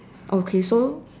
okay so